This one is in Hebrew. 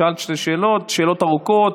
שאלת שתי שאלות, שאלות ארוכות.